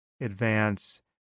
advance